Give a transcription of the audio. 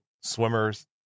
swimmers